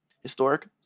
historic